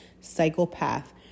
psychopath